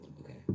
okay